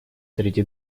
среди